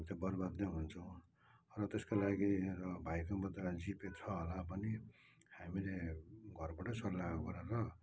हामी त बर्बाद नै हुन्छौँ र त्यसको लागि र भाइकोमा त जिपे छ होला पनि हामीले घरबाटै सल्लाह गरेर